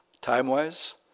time-wise